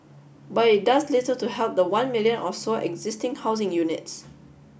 but it does little to help the one million or so existing housing units